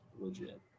legit